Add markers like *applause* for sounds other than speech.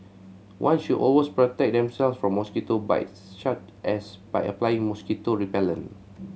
one should *unintelligible* protect themselves from mosquito bites *unintelligible* as by applying mosquito repellent